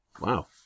Wow